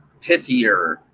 pithier